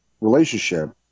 relationship